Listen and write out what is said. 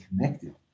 connected